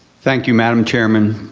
thank you, madam chairman.